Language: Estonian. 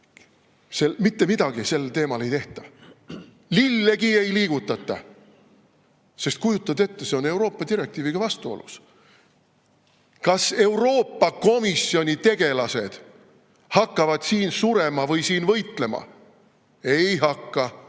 Mitte midagi sellel teemal ei tehta. Lillegi ei liigutata! Sest kujutage ette, see on Euroopa direktiiviga vastuolus! Kas Euroopa Komisjoni tegelased hakkavad siin surema või siin võitlema? Ei hakka!